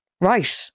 Right